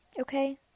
Okay